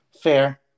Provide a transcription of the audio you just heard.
Fair